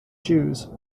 shoes